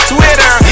Twitter